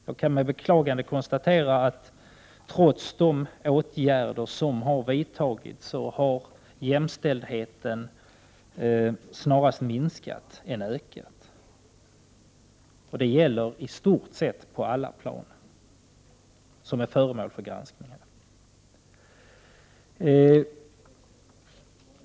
Jag konstaterar med beklagande att trots de åtgärder som har vidtagits har jämställdheten snarare minskat än ökat, och det gäller i stort sett på alla plan som är föremål för granskning.